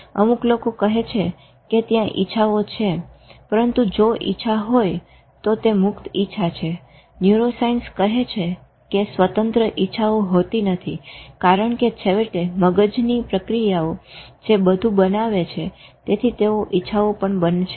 અમુક લોકો કહે છે કે ત્યાં ઇચ્છાઓ છે પરંતુ જો ઈચ્છા હોય તો તે મુક્ત ઈચ્છા છે ન્યુરોસાયન્સ કહે છે કે સ્વતંત્ર ઇચ્છાઓ હોતી નથી કારણ કે છેવટે મગજની પ્રક્રિયાઓ જે બધું બનાવે છે તેથી તેઓ ઈચ્છા પણ બનાવશે